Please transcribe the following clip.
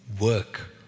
work